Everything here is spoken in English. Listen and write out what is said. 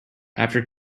after